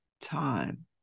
time